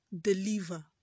deliver